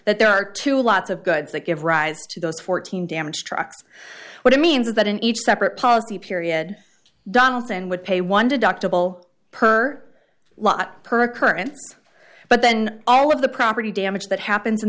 there are two lots of goods that give rise to those fourteen damage trucks what it means is that in each separate policy period donaldson would pay one deductible per lot per occurrence but then all of the property damage that happens in